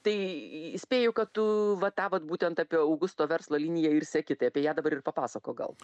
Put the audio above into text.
tai spėju kad tu va tą vat būtent apie augusto verslo liniją ir seki tai apie ją dabar ir papasakok gal